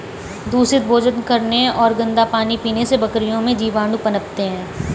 दूषित भोजन करने और गंदा पानी पीने से बकरियों में जीवाणु पनपते हैं